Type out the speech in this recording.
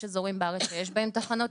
יש אזורים בארץ שיש בהם תחנות,